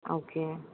okay